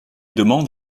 demandes